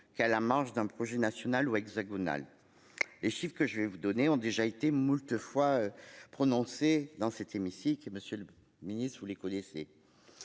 qu'à la marge d'un projet national ou hexagonales. Et chiffre que je vais vous donner ont déjà été moultes fois prononcé dans cet hémicycle, Monsieur le Ministre, vous les connaissez.